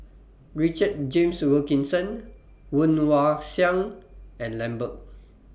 Richard James Wilkinson Woon Wah Siang and Lambert